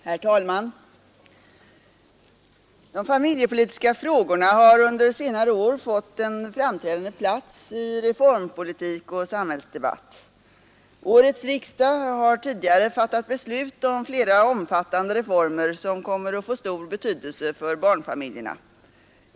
Herr talman! De familjepolitiska frågorna har under senare år fått en framträdande plats i reformpolitiken och samhällsdebatten. Årets riksdag har tidigare fattat beslut om flera omfattande reformer som kommer att få stor betydelse för barnfamiljerna.